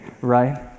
right